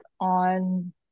on